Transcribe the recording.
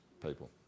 people